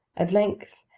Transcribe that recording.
at length,